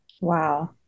Wow